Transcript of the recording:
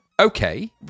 okay